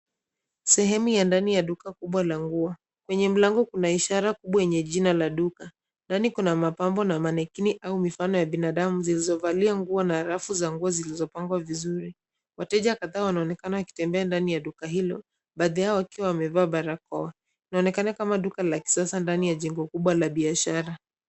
Sehemu ya ndani ya duka kubwa la nguo, kwenye mlango kuna ishara wenye jina la duka ndani kuna mapambo na manekini au mifano ya binadamu zilizovalia nguo na rafu za nguo zilizipangwa vizuri, wateja kadhaa wanaonekana wakitembea ndani ya duka hilo, baadhi yao wakiwa wamevaa, barakoa, inaonekana kama duka la kisasa ndani ya jengo kubwa la biashara.